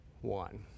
one